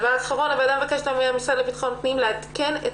הוועדה מבקשת מהמשרד לביטחון פנים לעדכן את